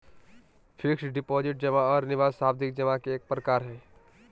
fixed deposit जमा आर निवेश सावधि जमा के एक प्रकार हय